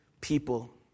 people